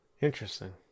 Interesting